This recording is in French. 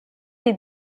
des